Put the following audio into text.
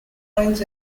mines